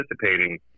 participating